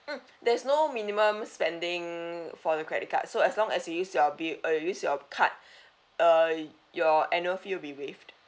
mm there's no minimum spending for the credit card so as long as you use your bill uh use your card uh your annual fee will be waived